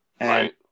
Right